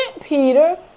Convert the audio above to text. Peter